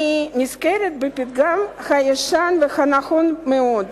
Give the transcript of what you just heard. אני נזכרת בפתגם הישן והנכון מאוד: